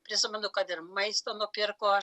prisimenu kad ir maisto nupirko